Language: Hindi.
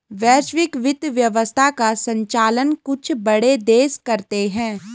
वैश्विक वित्त व्यवस्था का सञ्चालन कुछ बड़े देश करते हैं